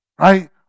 Right